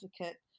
advocate